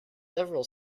several